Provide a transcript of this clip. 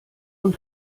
und